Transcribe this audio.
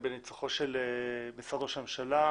בניצוחו של משרד ראש הממשלה